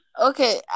Okay